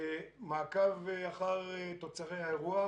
מעקב אחר תוצרי האירוח